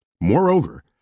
Moreover